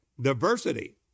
diversity